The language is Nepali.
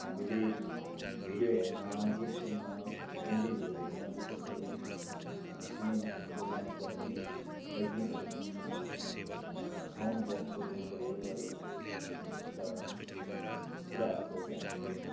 हामीले भिडियो हेर्न गीत सुन्न मुभिजहरू हेर्न विशेषगरी सिनेमा हलतिर जानु पर्ने र गीतहरू सुन्न साउन्ड बक्सहरू भयो है यस्ता कुराहरूको चाहिँ हामीले